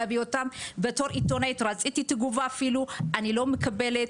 בתור עיתונאית רציתי תגובה ואני לא מקבלת.